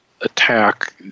attack